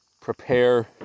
prepare